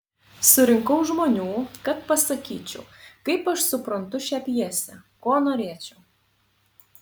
surinkau žmonių kad pasakyčiau kaip aš suprantu šią pjesę ko norėčiau